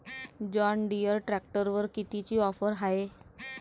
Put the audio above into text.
John Deere ट्रॅक्टरवर कितीची offer हाये?